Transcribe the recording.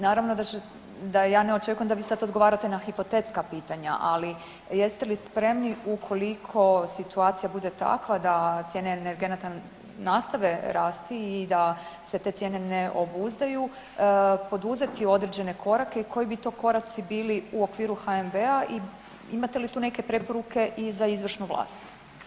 Naravno da ja ne očekujem da vi sada odgovarate na hipotetska pitanja, ali jeste li spremni ukoliko situacija bude takva da cijene energenata nastave rasti i da se te cijene ne obuzdaju poduzeti određene korake i koji bi to koraci bili u okviru HNB-a i imate li tu neke preporuke i za izvršnu vlast?